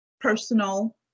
personal